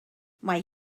mae